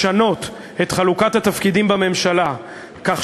לשנות את חלוקת התפקידים בממשלה כך